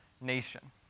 nation